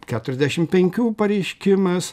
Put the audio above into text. keturiasdešim penkių pareiškimas